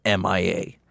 MIA